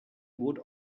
would